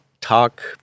talk